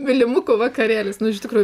mylimukų vakarėlis nu iš tikrųjų